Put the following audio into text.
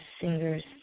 singers